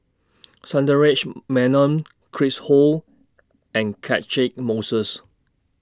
Sundaresh Menon Chris Ho and Catchick Moses